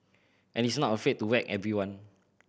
and is not afraid to whack everyone